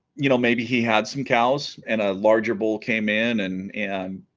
you know maybe he had some cows and a larger bowl came in and and